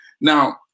Now